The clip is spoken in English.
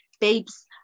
Babes